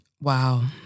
wow